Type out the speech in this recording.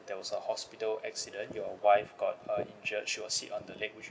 there was a hospital accident your wife got uh injured she was hit on the leg would you